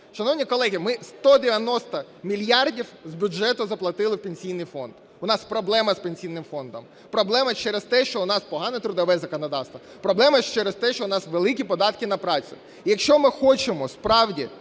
Шановні колеги, ми 190 мільярдів з бюджету заплатили в Пенсійний фонд. У нас проблема з Пенсійним фондом. Проблема через те, що у нас погане трудове законодавство. Проблема через те, що у нас великі податки на працю. Якщо ми хочемо справді